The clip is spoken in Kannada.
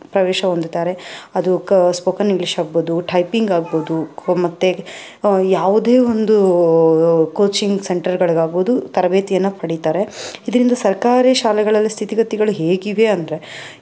ಪ್ರವೇಶ ಹೊಂದುತಾರೆ ಅದು ಕ ಸ್ಪೋಕನ್ ಇಂಗ್ಲೀಷ್ ಆಗ್ಬೋದು ಠೈಪಿಂಗ್ ಆಗ್ಬೋದು ಕೋ ಮತ್ತು ಯಾವುದೇ ಒಂದು ಕೋಚಿಂಗ್ ಸೆಂಟರ್ಗಳ್ಗಾಗ್ಬೋದು ತರಬೇತಿಯನ್ನು ಪಡೀತಾರೆ ಇದರಿಂದ ಸರ್ಕಾರಿ ಶಾಲೆಗಳಲ್ಲಿ ಸ್ಥಿತಿ ಗತಿಗಳು ಹೇಗಿವೆ ಅಂದರೆ